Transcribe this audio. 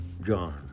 John